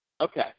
Okay